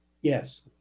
yes